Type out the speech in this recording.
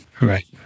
Right